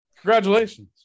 congratulations